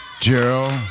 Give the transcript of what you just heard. Gerald